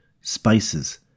spices